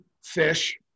fish